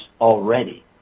already